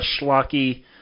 schlocky